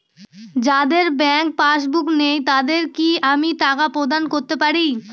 যাদের bank passbook নেই তাদের কি আমি টাকা প্রদান করতে পারি?